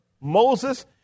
Moses